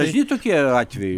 dažni tokie atvejai